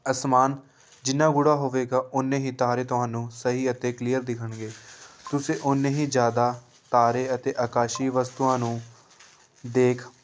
ਅਸਮਾਨ ਜਿੰਨਾਂ ਗੂੜਾ ਹੋਵੇਗਾ ਉੱਨੇ ਹੀ ਤਾਰੇ ਤੁਹਾਨੂੰ ਸਹੀ ਅਤੇ ਕਲੀਅਰ ਦਿਖਣਗੇ ਤੁਸੀਂ ਉੱਨੇ ਹੀ ਜ਼ਿਆਦਾ ਤਾਰੇ ਅਤੇ ਆਕਾਸ਼ੀ ਵਸਤੂਆਂ ਨੂੰ ਦੇਖ